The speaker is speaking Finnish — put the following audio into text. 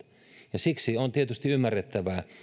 ja siksi on tietysti ymmärrettävää